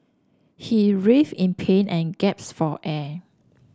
he writhed in pain and gasped for air